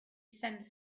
sends